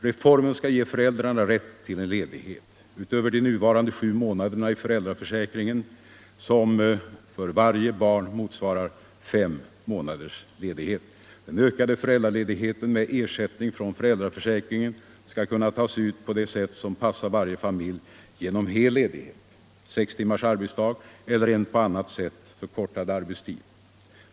Reformen skall ge föräldrarna rätt till en ledighet - utöver de nuvarande sju månaderna i föräldraförsäkringen — som för varje barn motsvarar fem månaders ledighet. Den ökade föräldraledigheten med ersättning från föräldraförsäkringen skall kunna tas ut på det sätt som passar varje familj genom hel ledighet, sex timmars arbetsdag eller en på annat sätt förkortad arbetstid.